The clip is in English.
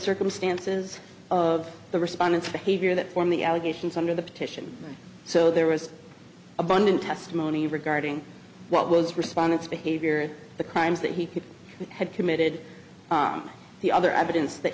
circumstances of the respondents behavior that form the allegations under the petition so there was abundant testimony regarding what was respondents behavior the crimes that he had committed the other evidence that